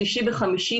שלישי וחמישי,